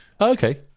Okay